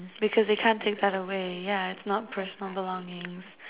because they can't take that away yeah it's not personal belongings